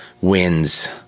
wins